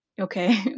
Okay